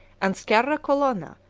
and sciarra colonna,